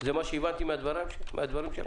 זה מה שהבנתי מהדברים שלך?